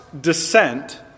descent